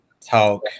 talk